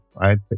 right